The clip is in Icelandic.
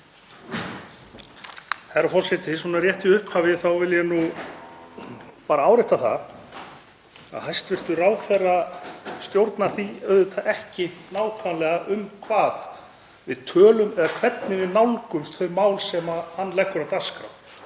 Herra forseti. Rétt í upphafi vil ég nú bara árétta það að hæstv. ráðherra stjórnar auðvitað ekki nákvæmlega um hvað við tölum eða hvernig við nálgumst þau mál sem hann leggur á dagskrá.